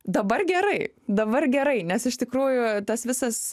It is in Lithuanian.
dabar gerai dabar gerai nes iš tikrųjų tas visas